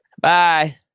Bye